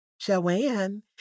Joanne